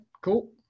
cool